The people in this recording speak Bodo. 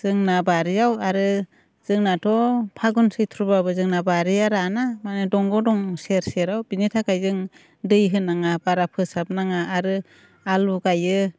जोंना बारियाव आरो जोंनाथ' फागुन सैथ्र'बाबो जोंना बारिया राना माने दंग दं सेर सेराव बेनि थाखाय जों दै होनाङागारा फोसाबनाङा आरो आलु गायो